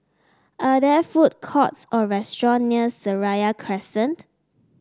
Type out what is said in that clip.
are there food courts or restaurant near Seraya Crescent